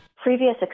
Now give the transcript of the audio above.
Previous